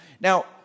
Now